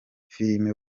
filime